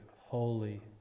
holy